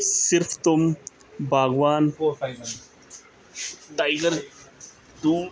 ਸਿਰਫ ਤੁਮ ਬਾਗਬਾਨ ਟਾਈਗਰ ਤੁਮ